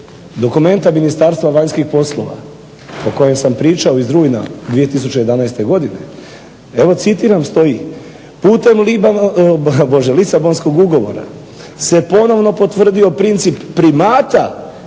dokumenta Ministarstva vanjskih poslova o kojem sam pričao iz rujna 2011. godine evo citiram stoji: "Putem Lisabonskog ugovora se ponovno potvrdio princip primata